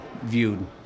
viewed